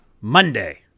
Monday